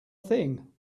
thing